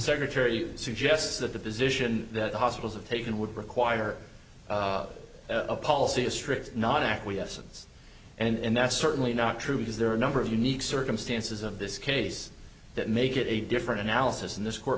secretary suggests that the position that the hospitals have taken would require a policy a strict not acquiescence and that's certainly not true because there are a number of unique circumstances of this case that make it a different analysis and this court